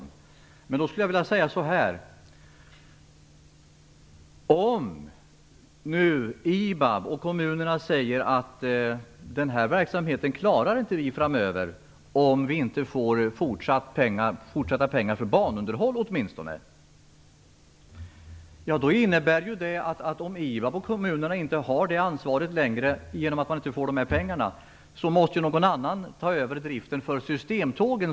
Men om nu IBAB och kommunerna säger att de inte klarar den här verksamheten framöver om de inte får fortsatta pengar åtminstone för banunderhåll innebär det ju, om IBAB och kommunerna inte har det ansvaret längre genom att de inte får dessa pengar, att någon annan måste ta över driften för systemtågen.